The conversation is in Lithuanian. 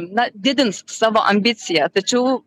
na didins savo ambiciją tačiau